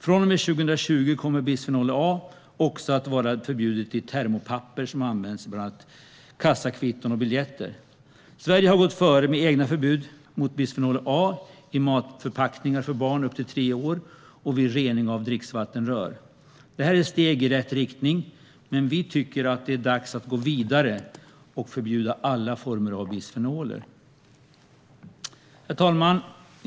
Från och med 2020 kommer bisfenol A att vara förbjudet också i termopapper som används i bland annat kassakvitton och biljetter. Sverige har gått före med egna förbud mot bisfenol A i matförpackningar för barn upp till tre år och vid rening av dricksvattenrör. Detta är ett steg i rätt riktning, men vi tycker att det är dags att gå vidare och förbjuda alla former av bisfenoler. Herr talman!